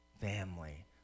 family